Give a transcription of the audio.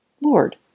Lord